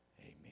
Amen